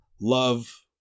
Love